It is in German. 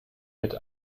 mit